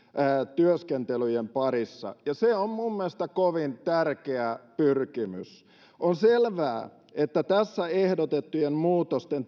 työskentelyjen parissa ja se on minun mielestäni kovin tärkeä pyrkimys on selvää että tässä ehdotettujen muutosten